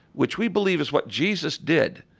which we believe is what jesus did,